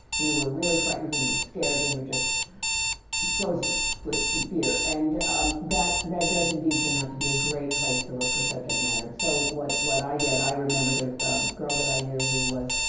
when you were really frightened, when you were scared, when you were just frozen in fear. and that that does indeed turn out to be a great place to look for subject matter. so, what what i did, i remembered a a girl that i knew who was